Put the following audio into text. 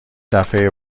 دفعه